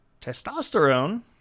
Testosterone